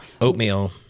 oatmeal